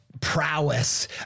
prowess